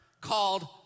called